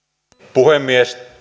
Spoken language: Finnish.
puhemies